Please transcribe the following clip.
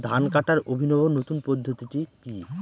ধান কাটার অভিনব নতুন পদ্ধতিটি কি?